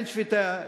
אין שביתה,